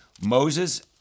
Moses